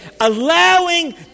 allowing